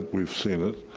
we've seen it.